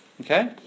Okay